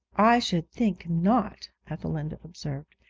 i should think not ethelinda observed,